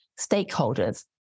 stakeholders